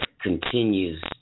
continues